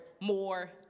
more